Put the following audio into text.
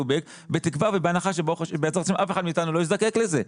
back בתקווה ובהנחה שאף אחד מאיתנו לא יזדקק לזה,